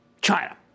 China